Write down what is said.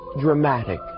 dramatic